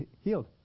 healed